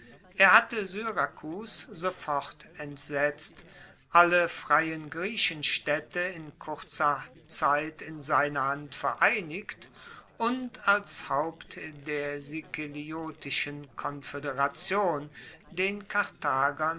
er hatte syrakus sofort entsetzt alle freien griechenstaedte in kurzer zeit in seiner hand vereinigt und als haupt der sikeliotischen konfoederation den karthagern